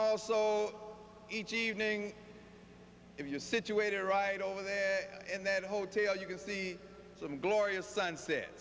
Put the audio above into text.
also each evening if you're situated right over there in that hotel you can see some glorious sunset